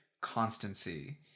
constancy